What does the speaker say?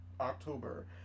october